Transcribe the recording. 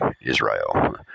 Israel